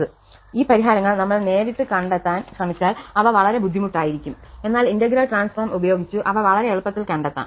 കൂടാതെ ഈ പരിഹാരങ്ങൾ നമ്മൾ നേരിട്ട് കണ്ടെത്താൻ ശ്രമിച്ചാൽ അവ വളരെ ബുദ്ധിമുട്ടായിരിക്കും എന്നാൽ ഇന്റഗ്രൽ ട്രാൻസ്ഫോം ഉപയോഗിച്ചു അവ വളരെ എളുപ്പത്തിൽ കണ്ടെത്താം